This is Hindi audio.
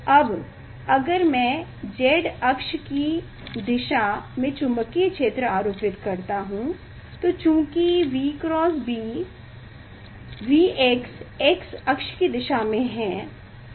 अब अगर मैं Z अक्ष की दिशा में चुंबकीय क्षेत्र आरोपित करता हूं तो चूंकि V cross B Vx X अक्ष की दिशा में है